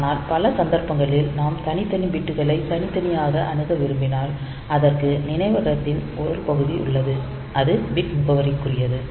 ஆனால் பல சந்தர்ப்பங்களில் நாம் தனித்தனி பிட்களை தனித்தனியாக அணுக விரும்பினால் அதற்கு நினைவகத்தின் ஒரு பகுதி உள்ளது அது பிட் முகவரிக்குரியது